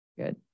Good